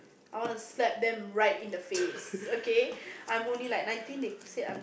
I wanna slap them right in the face okay I'm only like nineteen they said I'm